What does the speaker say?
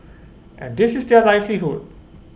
and this is their livelihood